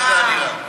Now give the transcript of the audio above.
כי ככה זה נראה.